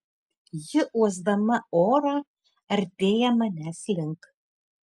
ji uosdama orą artėja manęs link